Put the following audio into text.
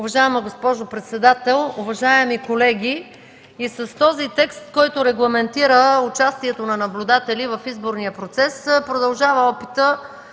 Уважаема госпожо председател, уважаеми колеги! С този текст, който регламентира участието на наблюдатели в изборния процес, продължава опитът